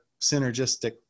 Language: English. synergistic